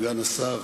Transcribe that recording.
סגן השר,